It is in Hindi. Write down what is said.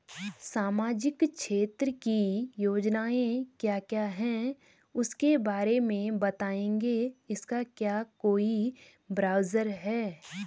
सामाजिक क्षेत्र की योजनाएँ क्या क्या हैं उसके बारे में बताएँगे इसका क्या कोई ब्राउज़र है?